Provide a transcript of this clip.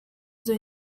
izo